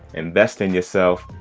invest in yourself,